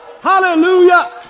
Hallelujah